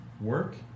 work